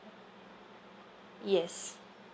yes